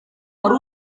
hari